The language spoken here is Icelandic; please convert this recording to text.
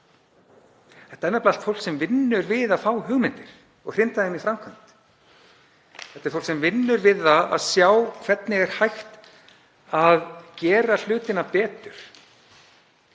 Þetta er nefnilega allt fólk sem vinnur við að fá hugmyndir og hrinda þeim í framkvæmd. Þetta er fólk sem vinnur við það að sjá hvernig er hægt að gera hlutina betur.